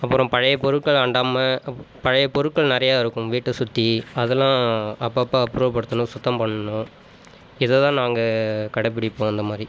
அப்புறம் பழைய பொருட்கள் அண்டாமல் பழைய பொருட்கள் நிறைய இருக்கும் வீட்டை சுற்றி அதெல்லாம் அப்பப்போ அப்புறம் படுத்தணும் சுத்தம் பண்ணணும் இதைதான் நாங்கள் கடைபிடிப்போம் இந்த மாதிரி